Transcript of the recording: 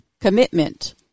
commitment